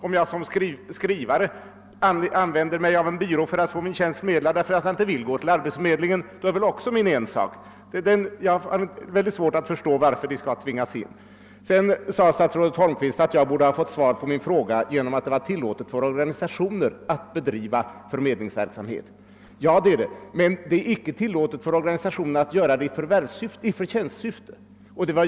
Om jag som skrivare låter mig anställas av en skrivbyrå därför att jag inte vill gå till arbetsförmedlingen, så är det väl också min ensak. Jag har mycket svårt att förstå varför de skall tvingas in till den offentliga arbetsförmedlingen. Sedan sade statsrådet Holmqvist att jag borde ha fått svar på min fråga genom upplysningen att det var tillåtet för organisationer att bedriva förmedlingsverksamhet. Ja, det är det, men det är icke tillåtet för organisationer att driva förmedlingsverksamhet i förtjänstsyfte.